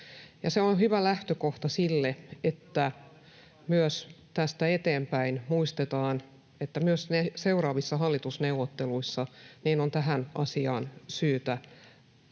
Se on hyvä lähtökohta sille, että myös tästä eteenpäin muistetaan, että myös seuraavissa hallitusneuvotteluissa on tähän asiaan syytä